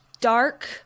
dark